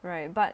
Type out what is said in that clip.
right but